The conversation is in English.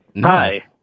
Hi